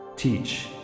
teach